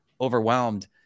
overwhelmed